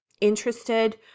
interested